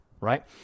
right